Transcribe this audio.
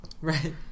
Right